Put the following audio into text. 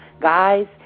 guys